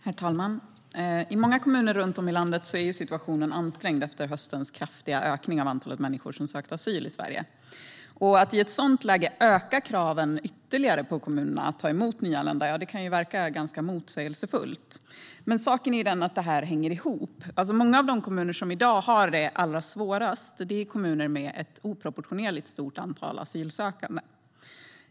Herr talman! I många kommuner runt om i landet är situationen ansträngd efter höstens kraftiga ökning av antalet människor som sökt asyl i Sverige. Att i ett sådant läge öka kraven ytterligare på kommunerna när det gäller att ta emot nyanlända kan verka ganska motsägelsefullt. Men saken är den att det hänger ihop. Många av de kommuner som i dag har det allra svårast är kommuner med ett oproportionerligt stort antal asylsökande.